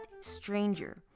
stranger